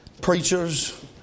preachers